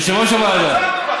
יושב-ראש הוועדה.